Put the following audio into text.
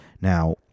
Now